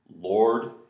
Lord